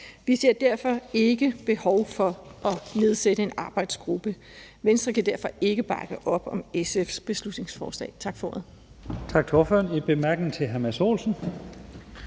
Vi ser derfor ikke behov for at nedsætte en arbejdsgruppe. Venstre kan derfor ikke bakke op om SF's beslutningsforslag. Tak for ordet.